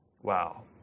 Wow